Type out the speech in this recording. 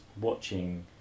watching